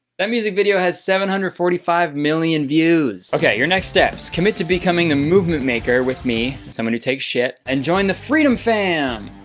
that music video has seven hundred and forty five million views. okay. your next steps. commit to becoming a movement maker with me. someone who takes shit and join the freedom fam.